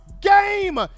game